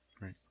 right